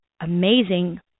amazing